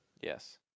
Yes